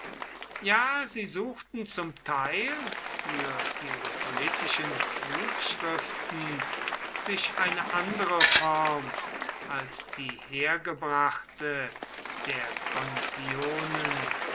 ja sie suchten zum teil für ihre politischen flugschriften sich eine andere form als die hergebrachte der contionen